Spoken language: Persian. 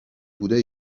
بوده